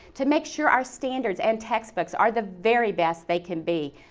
to make sure our standards and textbooks are the very best they can be.